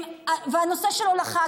הנושא של הולכה,